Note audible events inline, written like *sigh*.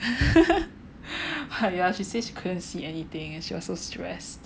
*laughs* but yeah she say she couldn't see anything and she was so stressed